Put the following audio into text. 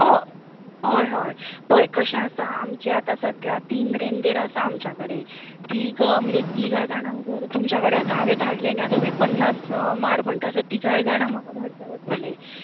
हय हय हय पळय कशें आसा आमचे आतां सद्द्या तीन रेंदेर आसा आमच्या कडेन तीन म्हणचे तिगा जाणांक तर तुमच्या कडेन आतां धाडले न्ही आतां तुमी पन्नास माड म्हणटा सो तिगाय जाणांक म्हाका धाडचे पडटले